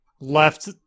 left